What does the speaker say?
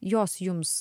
jos jums